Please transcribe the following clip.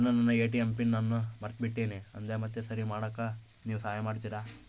ನಾನು ನನ್ನ ATM PIN ಅನ್ನು ಮರೆತುಬಿಟ್ಟೇನಿ ಅದನ್ನು ಮತ್ತೆ ಸರಿ ಮಾಡಾಕ ನೇವು ಸಹಾಯ ಮಾಡ್ತಿರಾ?